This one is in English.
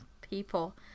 people